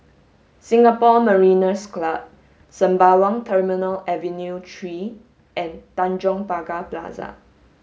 Singapore Mariners' Club Sembawang Terminal Avenue three and Tanjong Pagar Plaza